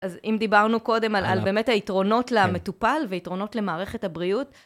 אז אם דיברנו קודם על באמת היתרונות למטופל ויתרונות למערכת הבריאות...